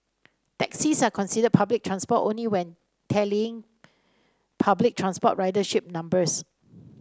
taxis are considered public transport only when tallying public transport ridership numbers